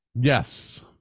Yes